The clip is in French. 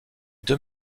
deux